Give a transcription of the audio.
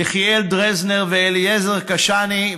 יחיאל דרזנר ואליעזר קשאני,